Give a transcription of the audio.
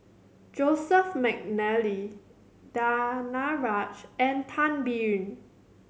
Joseph McNally Danaraj and Tan Biyun